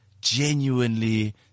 genuinely